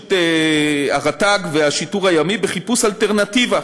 רט"ג והשיטור הימי בחיפוש אלטרנטיבה